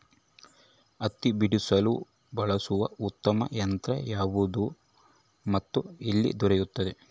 ಹತ್ತಿ ಬಿಡಿಸಲು ಬಳಸುವ ಉತ್ತಮ ಯಂತ್ರ ಯಾವುದು ಮತ್ತು ಎಲ್ಲಿ ದೊರೆಯುತ್ತದೆ?